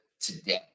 today